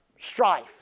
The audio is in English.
strife